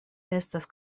estas